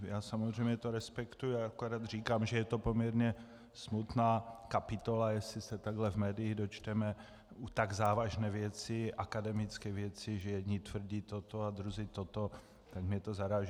Já samozřejmě to respektuji, akorát říkám, že je to poměrně smutná kapitola, jestli se takhle v médiích dočteme u tak závažné věci, akademické věci, že jedni tvrdí toto a druzí toto, tak mě to zaráží.